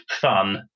fun